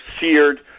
seared